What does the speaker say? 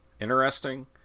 interesting